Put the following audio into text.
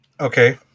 Okay